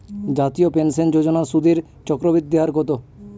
জাতীয় পেনশন যোজনার সুদের চক্রবৃদ্ধি হার কত?